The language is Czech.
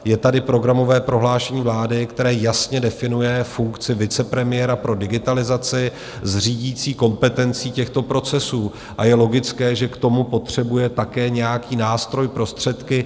Je tady programové prohlášení vlády, které jasně definuje funkci vicepremiéra pro digitalizaci s řídící kompetencí těchto procesů, a je logické, že k tomu potřebuje také nějaký nástroj, prostředky.